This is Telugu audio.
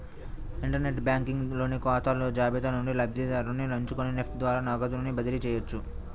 ఇంటర్ నెట్ బ్యాంకింగ్ లోని ఖాతాల జాబితా నుండి లబ్ధిదారుని ఎంచుకొని నెఫ్ట్ ద్వారా నగదుని బదిలీ చేయవచ్చు